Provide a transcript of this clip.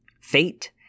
fate